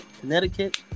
Connecticut